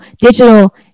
Digital